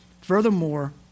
Furthermore